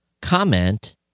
comment